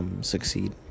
Succeed